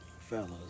fellas